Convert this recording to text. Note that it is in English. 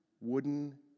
wooden